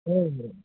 हो हो